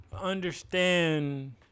understand